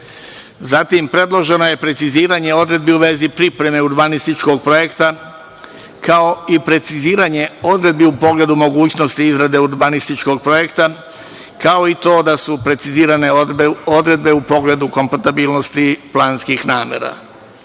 Zatim, predloženo je preciziranje odredbi u vezi pripreme urbanističkog projekta, kao i preciziranje odredbu u pogledu mogućnosti izrade urbanističkog projekta, kao i to da su precizirane odredbe u pogledu kompatibilnosti planskih namera. Uveden